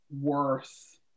worth